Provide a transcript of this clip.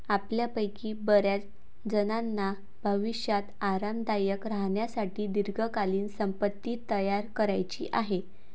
आपल्यापैकी बर्याचजणांना भविष्यात आरामदायक राहण्यासाठी दीर्घकालीन संपत्ती तयार करायची आहे